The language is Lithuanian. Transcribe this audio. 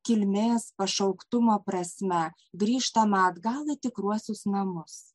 kilmės pašauktumo prasme grįžtama atgal į tikruosius namus